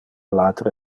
latere